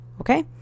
Okay